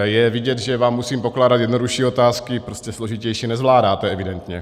Je vidět, že vám musím pokládat jednodušší otázky, prostě složitější nezvládáte evidentně.